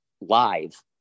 live